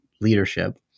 leadership